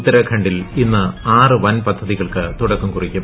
ഉത്തരാഖണ്ഡിൽ ഇന്ന് ആറ് വൻ പദ്ധതികൾക്ക് തുടക്കം കുറിക്കും